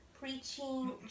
preaching